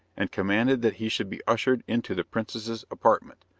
and commanded that he should be ushered in to the princess's apartment.